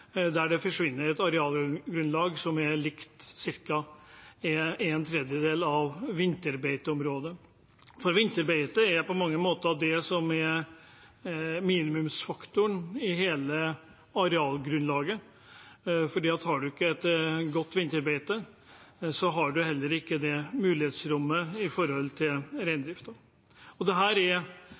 der det forsvinner et arealgrunnlag som er likt ca. en tredjedel av vinterbeiteområdet. Vinterbeitet er på mange måter minimumsfaktoren i hele arealgrunnlaget, for har en ikke et godt vinterbeite, har en heller ikke det mulighetsrommet for reindriften. Det er nettopp dette vi er nødt til å gjøre grundige vurderinger av i hvert enkelt tilfelle, når en gjør naturinngrep. Det